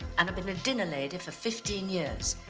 and i've been a dinner lady for fifteen years.